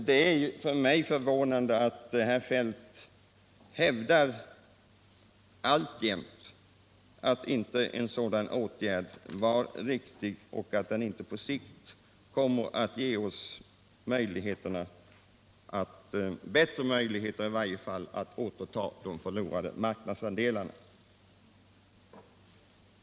Det förvånar mig att herr Feldt alltjämt hävdar att en sådan åtgärd inte var riktig och att den inte ens på sikt kommer att ge oss bättre möjligheter att återta de förlorade marknadsandelarna.